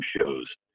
shows